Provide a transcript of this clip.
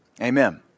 Amen